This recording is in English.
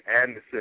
Anderson